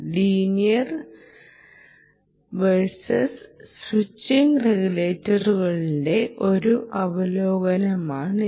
linear versus switching റെഗുലേറ്ററിന്റെ ഒരു അവലോകനമാണിത്